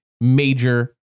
major